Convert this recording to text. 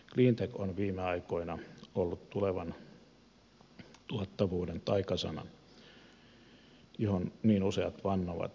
cleantech on viime aikoina ollut tulevan tuottavuuden taikasana johon niin useat vannovat